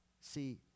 See